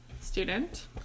student